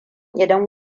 idan